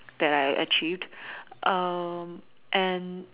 that I achieved and